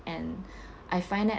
and I find that